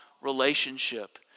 relationship